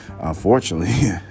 Unfortunately